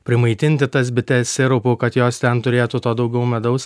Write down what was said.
primaitinti tas bites sirupu kad jos ten turėtų to daugiau medaus